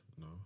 No